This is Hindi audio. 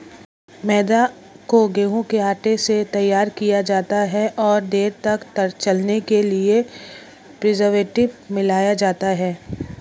मैदा को गेंहूँ के आटे से तैयार किया जाता है और देर तक चलने के लिए प्रीजर्वेटिव मिलाया जाता है